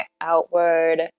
outward